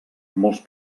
molts